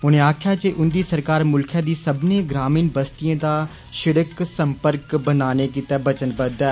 उनें आक्खेआ ऐ जे उन्दी सरकार मुल्खै दिए सब्बनें ग्रामीण बस्तियें दा सिड़क सम्पर्क बनाने गितै वचनबद्द ऐ